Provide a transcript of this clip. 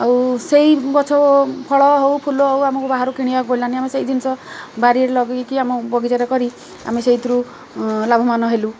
ଆଉ ସେଇ ଗଛ ଫଳ ହଉ ଫୁଲ ହଉ ଆମକୁ ବାହାରୁ କିଣିବାକୁ ପଡ଼ିଲାନି ଆମେ ସେଇ ଜିନିଷ ବାରିରେ ଲଗେଇକି ଆମ ବଗିଚାରେ କରି ଆମେ ସେଇଥିରୁ ଲାଭବାନ ହେଲୁ